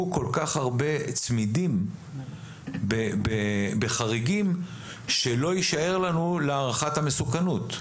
כל כך הרבה צמידים בחריגים שלא יישאר לנו להערכת המסוכנות.